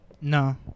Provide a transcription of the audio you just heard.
No